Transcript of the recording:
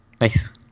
nice